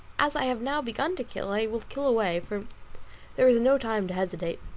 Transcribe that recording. as i have now begun to kill, i will kill away, for there is no time to hesitate.